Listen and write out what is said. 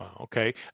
Okay